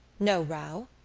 no row.